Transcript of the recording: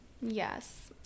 yes